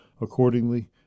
accordingly